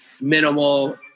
minimal